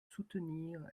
soutenir